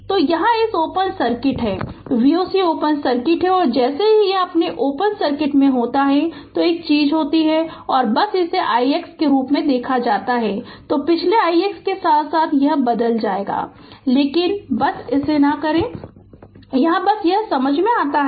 तो यहाँ यह ओपन सर्किट है Voc ओपन सर्किट है और जैसे ही यह ओपन सर्किट होता है एक चीज होती है और बस इसे ix के रूप में रखा जाता है तो पिछले ix के साथ यह बदल जाएगा लेकिन बस इसे ना करो यहाँ बस यह समझ में आता है